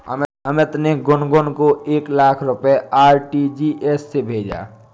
अमित ने गुनगुन को एक लाख रुपए आर.टी.जी.एस से भेजा